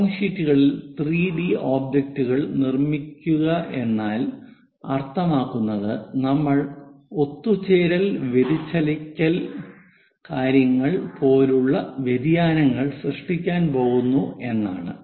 drawing ഷീറ്റുകളിൽ 3 D ഒബ്ജക്റ്റുകൾ നിർമ്മിക്കുകയെന്നാൽ അർത്ഥമാക്കുന്നത് നമ്മൾ ഒത്തുചേരൽ വ്യതിചലിക്കൽ കാര്യങ്ങൾ പോലുള്ള വ്യതിയാനങ്ങൾ സൃഷ്ടിക്കാൻ പോകുന്നു എന്നാണ്